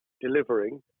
delivering